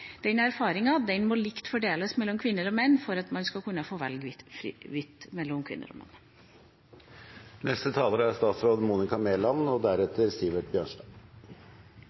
Den erfaringa må fordeles likt mellom kvinner og menn for at man skal kunne få velge fritt mellom kvinner og menn. Det er et godt råd, og